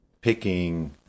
picking